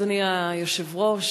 אדוני היושב-ראש,